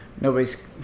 nobody's